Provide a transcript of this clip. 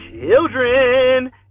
children